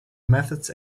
methods